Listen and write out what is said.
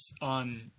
on